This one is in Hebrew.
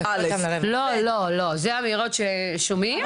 זה אמירות ששומעים?